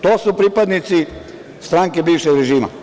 To su pripadnici stranke bivšeg režima.